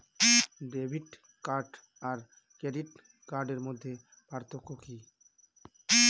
Debit card আর credit কার্ডের মধ্যে পার্থক্য কি?